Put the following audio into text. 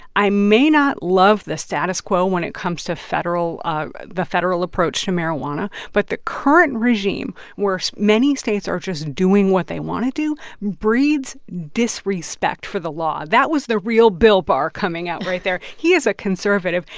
i may not love the status quo when it comes to federal ah the federal approach to marijuana, but the current regime where so many states are just doing what they want to do breeds disrespect for the law. that was the real bill barr coming out right there. he is a conservative,